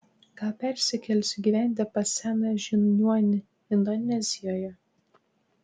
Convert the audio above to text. gal persikelsiu gyventi pas seną žiniuonį indonezijoje